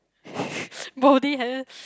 body hairs